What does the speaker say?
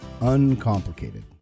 uncomplicated